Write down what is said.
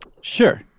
Sure